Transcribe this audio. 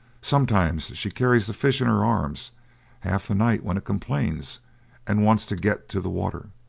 sometimes she carries the fish in her arms half the night when it complains and wants to get to the water.